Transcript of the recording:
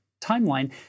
timeline